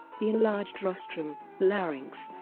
the enlarged rostrum, larynx